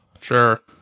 Sure